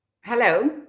Hello